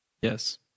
Yes